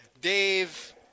Dave